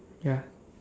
ya